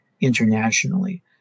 internationally